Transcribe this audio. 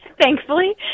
Thankfully